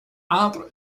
entre